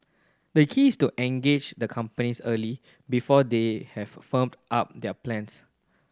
the key is to engage the companies early before they have firmed up their plans